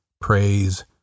Praise